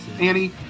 Annie